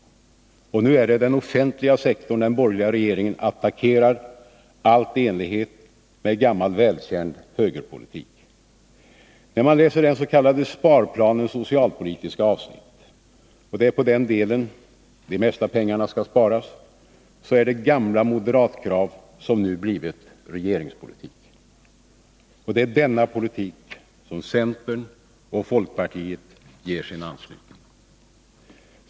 Och nu är det den offentliga sektorn den borgerliga regeringen attackerar, allt i enlighet med gammal välkänd högerpolitik. När man läser den s.k. sparplanens socialpolitiska avsnitt — och det är på det socialpolitiska området de mesta pengarna skall sparas — finner man att gamla moderatkrav nu blivit regeringspolitik. Det är denna politik som centern och folkpartiet ger sin anslutning.